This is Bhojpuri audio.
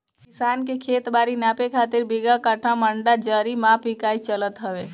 किसान के खेत बारी नापे खातिर बीघा, कठ्ठा, मंडा, जरी माप इकाई चलत हवे